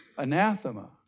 Anathema